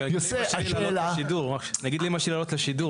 רגע, אני אגיד לאימא שלי לעלות לשידור.